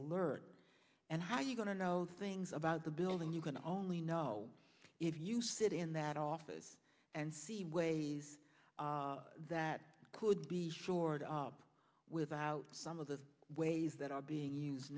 alert and how are you going to know things about the building you can only know if you sit in that office and see ways that could be shored up without some of the ways that are being use